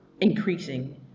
increasing